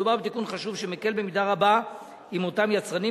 מדובר בתיקון חשוב שמקל במידה רבה על אותם יצרנים,